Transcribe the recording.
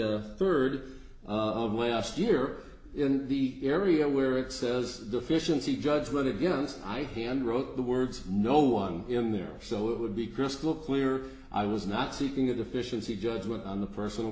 made the rd of west year in the area where it says deficiency judgment against i hand wrote the words no one in there so it would be crystal clear i was not seeking a deficiency judgment on the personal